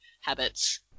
habits